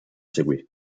seguì